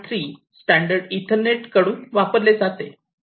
3 standard ethernet कडून वापरले जाते